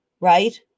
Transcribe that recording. right